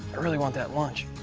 really want that lunch.